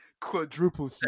Quadruple